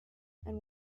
and